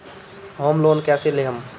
Home loan कैसे लेहम?